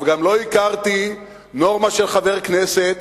אבל גם לא הכרתי נורמה של חבר כנסת